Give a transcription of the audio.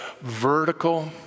vertical